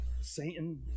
Satan